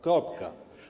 Kropka.